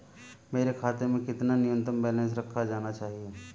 मेरे खाते में कितना न्यूनतम बैलेंस रखा जाना चाहिए?